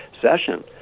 session